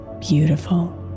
beautiful